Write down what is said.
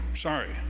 sorry